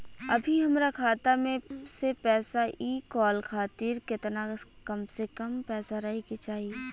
अभीहमरा खाता मे से पैसा इ कॉल खातिर केतना कम से कम पैसा रहे के चाही?